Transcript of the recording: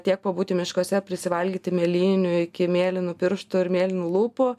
tiek pabūti miškuose prisivalgyti mėlynių iki mėlynų pirštų ir mėlynų lūpų